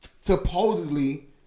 supposedly